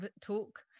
talk